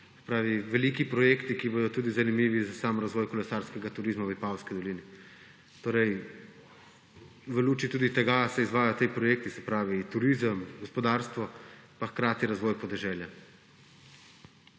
veliki projekti, ki bodo tudi zanimivi za sam razvoj kolesarskega turizma v Vipavski dolini. V luči tudi tega se izvajajo projekti, se pravi turizem, gospodarstvo pa hkrati razvoj podeželja.